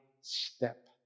step